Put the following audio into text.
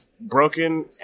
broken